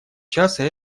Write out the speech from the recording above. часа